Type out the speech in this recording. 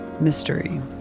Mystery